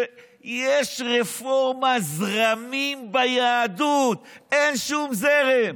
שיש רפורמה, זרמים ביהדות, אין שום זרם,